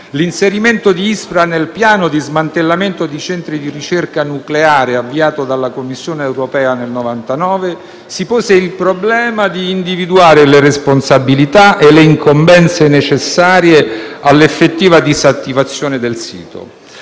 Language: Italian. l'inserimento di Ispra nel piano di smantellamento dei centri di ricerca nucleare avviato dalla Commissione europea nel 1999, si pose il problema di individuare le responsabilità e le incombenze necessarie all'effettiva disattivazione del sito.